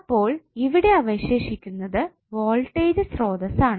ഇപ്പോൾ ഇവിടെ അവശേഷിക്കുന്നത് വോൾട്ടേജ് സ്രോതസ്സ് ആണ്